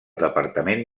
departament